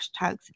hashtags